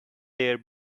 there